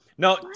No